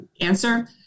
answer